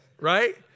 right